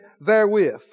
therewith